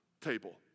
table